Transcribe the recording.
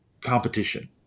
competition